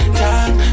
talk